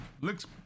Looks